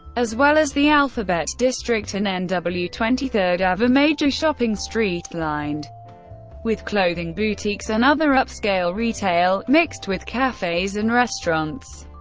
as well as the alphabet district and and but nw twenty third ave. a major shopping street lined with clothing boutiques and other upscale retail, mixed with cafes and restaurants.